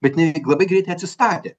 bet jinai labai greitai atsistatė